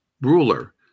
ruler